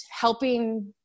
helping